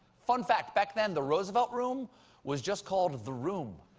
fun fact, back then the roosevelt room was just called the room.